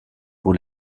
pour